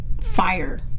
fire